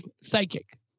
psychic